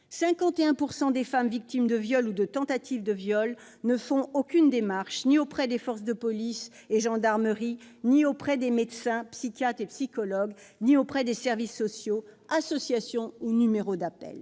51 % des femmes victimes de viol ou de tentative de viol ne font aucune démarche, ni auprès des forces de police ou de la gendarmerie, ni auprès de médecins, psychiatres et psychologues, ni auprès des services sociaux, associations ou numéros d'appel.